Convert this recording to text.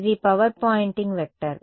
ఇది power Poynting vector